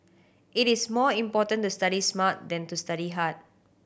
it is more important to study smart than to study hard